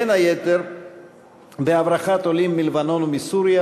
בין היתר בהברחת עולים מלבנון ומסוריה